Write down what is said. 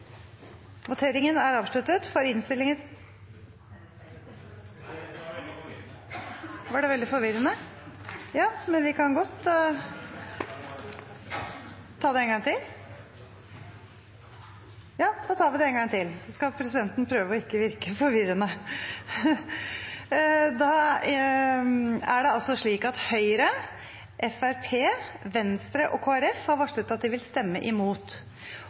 voteringen en gang til, og presidenten skal prøve å ikke virke forvirrende. Det er altså slik at Høyre, Fremskrittspartiet, Venstre og Kristelig Folkeparti har varslet at de vil stemme imot.